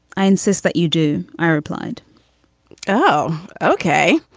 i insist that you do. i replied oh, ok.